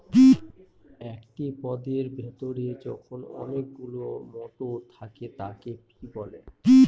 একটি পদের ভেতরে যখন অনেকগুলো মটর থাকে তাকে পি বলে